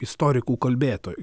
istorikų kalbėtojų